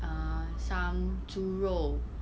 err some 猪肉